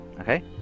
okay